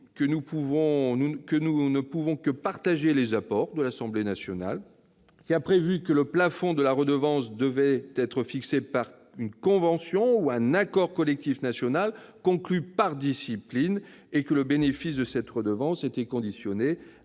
que nous ne pouvons que souscrire aux apports de l'Assemblée nationale, qui a prévu que le plafond de la redevance devait être fixé par une convention ou un accord collectif national conclu par discipline, et que le bénéfice de cette redevance serait conditionné